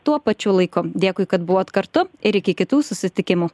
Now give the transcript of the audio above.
tuo pačiu laiku dėkui kad buvot kartu ir iki kitų susitikimų